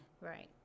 Right